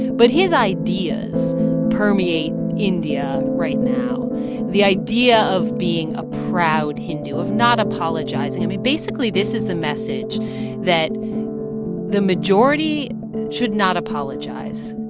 but his ideas permeate india right now the idea of being a proud hindu, of not apologizing. i mean, basically, this is the message that the majority should not apologize.